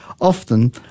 often